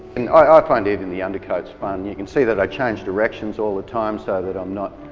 i i find even the undercoat's fun and you can see that i change direction all the time so that i'm not,